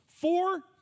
four